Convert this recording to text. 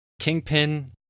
Kingpin